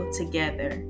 together